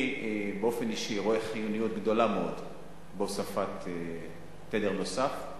אני באופן אישי רואה חיוניות רבה מאוד ברדיו הנוסף,